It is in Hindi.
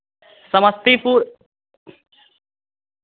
समस्तीपुर